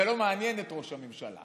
זה לא מעניין את ראש הממשלה.